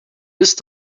ist